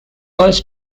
was